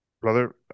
brother